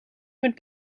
met